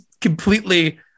completely